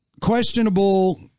questionable